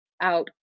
out